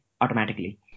automatically